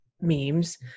memes